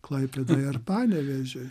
klaipėdai ar panevėžiui